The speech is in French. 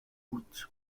bouts